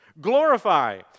Glorify